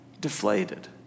deflated